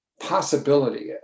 possibility